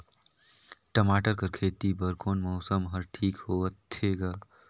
टमाटर कर खेती बर कोन मौसम हर ठीक होथे ग?